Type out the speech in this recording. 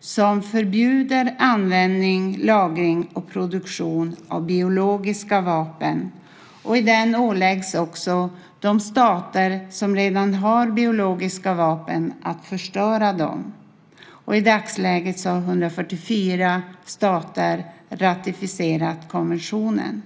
som förbjuder användning, lagring och produktion av biologiska vapen. I den åläggs de stater som redan har biologiska vapen att förstöra dem. I dagsläget har 144 stater ratificerat konventionen.